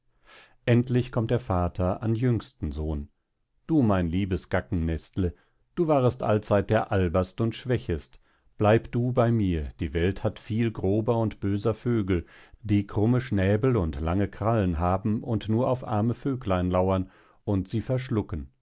endlich kommt der vater an jüngsten sohn du mein liebes gackennestle du warest allzeit der alberst und schwächest bleib du bei mir die welt hat viel grober und böser vögel die krumme schnäbel und lange krallen haben und nur auf arme vöglein lauern und sie verschlucken